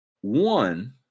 One